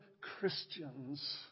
Christians